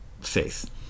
faith